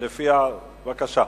בבקשה.